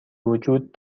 وجود